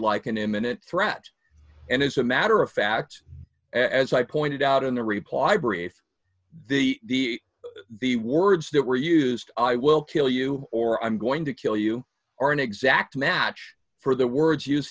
like an imminent threat and as a matter of fact as i pointed out in the reply brief the the words that were used i will kill you or i'm going to kill you are an exact match for the words used